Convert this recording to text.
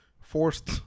forced